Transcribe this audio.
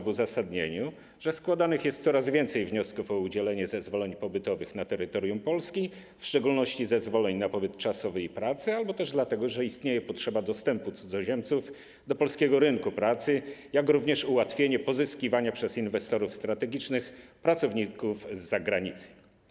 W uzasadnieniu czytamy: składanych jest coraz więcej wniosków o udzielenie zezwoleń pobytowych na terytorium Polski, w szczególności zezwoleń na pobyt czasowy i pracę, dlatego że istnieje potrzeba dostępu cudzoziemców do polskiego rynku pracy, jak również ułatwienie pozyskiwania przez inwestorów strategicznych pracowników z zagranicy.